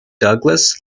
douglass